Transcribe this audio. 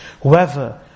Whoever